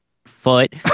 Foot